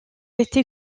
été